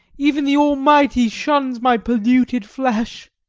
even the almighty shuns my polluted flesh!